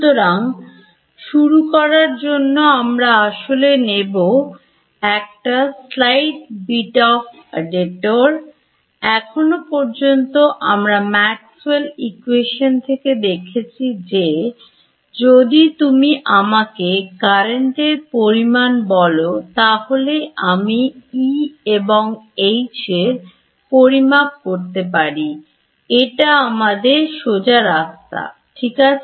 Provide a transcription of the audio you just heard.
সুতরাংশুরু করার জন্য আমরা আসলে নেব একটা Slight Bit of a Detour এখনো পর্যন্ত আমরা Maxwells ইকোয়েশন থেকে দেখেছি যে যদি তুমি আমাকে কারেন্টের পরিমাণ বল তাহলে আমি E এবং H পরিমাপ করতে পারি এটা আমাদের সোজা রাস্তা ঠিক আছে